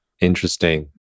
Interesting